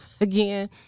again